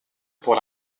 pour